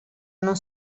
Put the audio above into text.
non